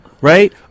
right